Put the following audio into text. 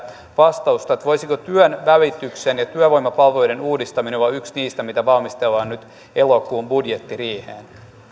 vastausta että voisiko työnvälityksen ja työvoimapalveluiden uudistaminen olla yksi niistä kysymyksistä mitä valmistellaan nyt elokuun budjettiriiheen